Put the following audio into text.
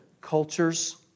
cultures